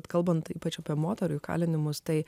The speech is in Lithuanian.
kalbant ypač apie moterų įkalinimus tai